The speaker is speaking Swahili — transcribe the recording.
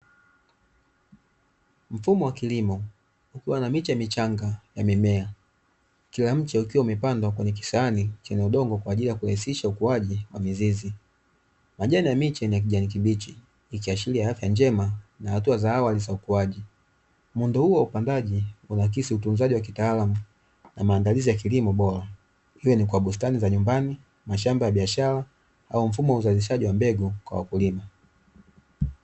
Mfumo wa kilimo udongo kwa ajili ya kurahisisha ukuaji wa mizizi ukiwa na miche michanga ya mimea kila mtu akiwa amepandwa kwenye na kijamii ikiashiria hapa njema na hatua za awali zitakuwaje mwendo huo upangaji unahisi utunzaji wa kitaalamu maandalizi ya kilimo bora hiyo ni kwa bustani za nyumbani mashamba ya biashara au mfumo wa uzalishaji wa mbegu kwa wakulima.